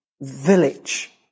village